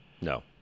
No